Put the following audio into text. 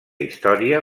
història